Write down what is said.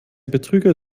betrüger